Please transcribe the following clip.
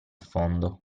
fondo